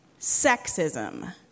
sexism